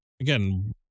again